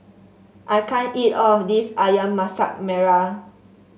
I can't eat all of this ayam Masak Merah